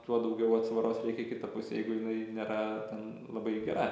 tuo daugiau atsvaros reikia į kitą pusę jeigu jinai nėra ten labai gera